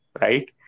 right